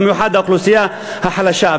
במיוחד האוכלוסייה החלשה.